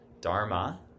Dharma